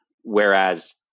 whereas